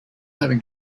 having